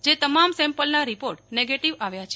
જે તમામ સેમ્પલના રીપોર્ટ નેગેટીવ આવ્યાં છે